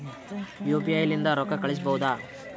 UPI ಲಿಂದ ರೊಕ್ಕ ಕಳಿಸಬಹುದಾ?